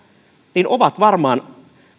ovat varmaan